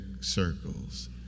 circles